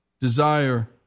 desire